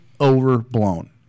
overblown